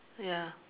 ya